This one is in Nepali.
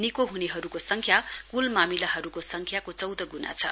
निको ह्नेहरूको संख्या क्ल मामिलहरूको संख्याको चौध ग्णा छ